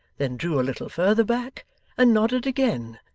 then drew a little further back and nodded again,